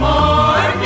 More